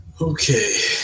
Okay